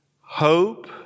hope